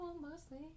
mostly